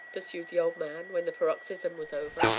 pursued the old man when the paroxysm was over,